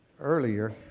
earlier